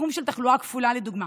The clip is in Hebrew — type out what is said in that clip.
בתחום של תחלואה כפולה, לדוגמה,